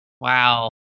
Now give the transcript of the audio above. Wow